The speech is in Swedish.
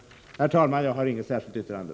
Herr talman! Jag har inget särskilt yrkande.